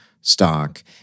stock